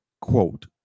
quote